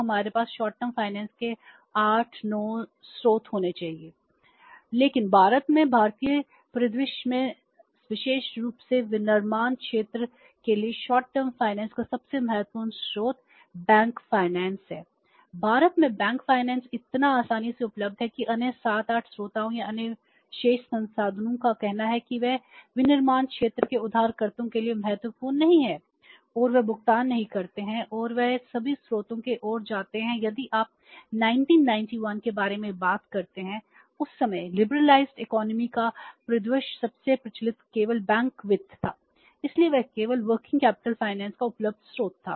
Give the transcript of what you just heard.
भारत में बैंक वित्त इतनी आसानी से उपलब्ध है कि अन्य 7 8 स्रोतों या अन्य शेष संसाधनों का कहना है कि वे विनिर्माण क्षेत्र के उधारकर्ताओं के लिए महत्वपूर्ण नहीं हैं और वे भुगतान नहीं करते हैं और वह सभी स्रोतों के ओर जाते हैं यदि आप 1991 के बारे में बात करते हैं उस समय उदारीकृत अर्थव्यवस्था का उपलब्ध स्रोत था